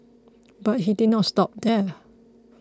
but he did not stop there